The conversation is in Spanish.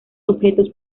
objetos